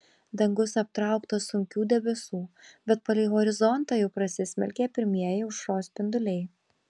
dangus aptrauktas sunkių debesų bet palei horizontą jau prasismelkė pirmieji aušros spinduliai